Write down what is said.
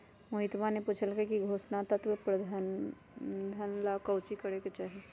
मोहितवा ने पूछल कई की पोषण तत्व प्रबंधन ला काउची करे के चाहि?